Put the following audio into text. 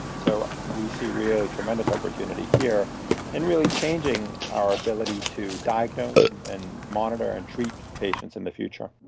so we see really tremendous opportunity here in really changing our ability to diagnose and monitor and treat patients in the future.